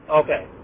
okay